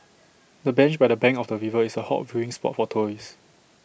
the bench by the bank of the river is A hot viewing spot for tourists